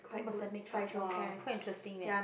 one percent make up !wah! quite interesting leh